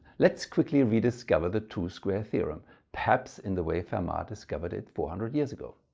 let's quickly rediscover the two-square theorem perhaps in the way fermat discovered it four hundred years ago.